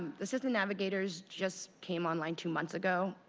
the system navigators just came online two months ago.